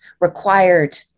required